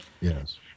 Yes